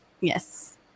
Yes